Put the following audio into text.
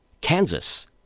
Kansas